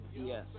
Yes